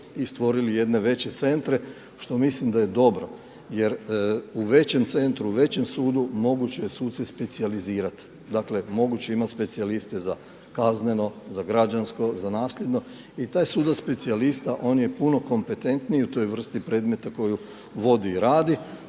i stvorili jedne veće centre što mislim da je dobro jer u većem centru, u većem sudu moguće je suce specijalizirati, dakle moguće je imati specijaliste za kazneno, za građansko, za nasljedno i taj sudac specijalista on je puno kompetentniji u toj vrsti predmeta koju vodi i radi.